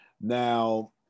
Now